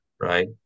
Right